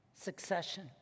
Succession